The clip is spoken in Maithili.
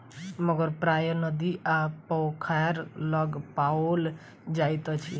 मगर प्रायः नदी आ पोखैर लग पाओल जाइत अछि